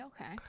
okay